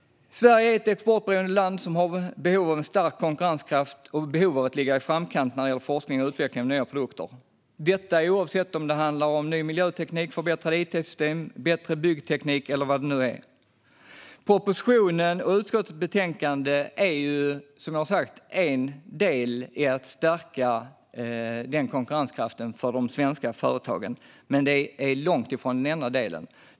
Sverige är ett exportberoende land, som har behov av en stark konkurrenskraft och av att ligga i framkant när det gäller forskning och utveckling av nya produkter - detta oavsett om det handlar om ny miljöteknik, förbättrade it-system, bättre byggteknik eller vad det nu må vara. Propositionen och utskottets betänkande är, som jag har sagt, en del i att stärka konkurrenskraften hos de svenska företagen. Men det är långt ifrån den enda delen.